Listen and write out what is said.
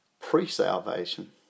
pre-salvation